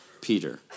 Peter